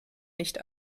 nicht